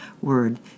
word